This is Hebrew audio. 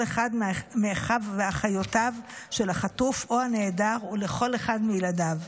אחד מאחיו ואחיותיו של החטוף או הנעדר ולכל אחד מילדיו.